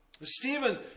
Stephen